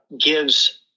gives